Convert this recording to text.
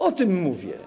O tym mówię.